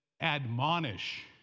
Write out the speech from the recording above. admonish